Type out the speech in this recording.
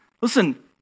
Listen